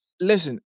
listen